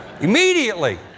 Immediately